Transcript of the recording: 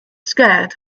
scared